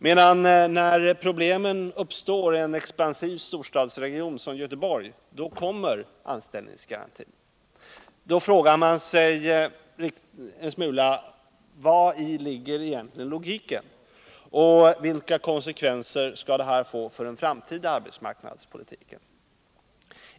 Men när problemen uppstår i en expansiv storstadsregion som Göteborg, då kommer anställningsgarantin. Man frågar sig: Vari ligger egentligen logiken, och vilka konsekvenser skall detta få för den framtida arbetsmarknadspolitiken?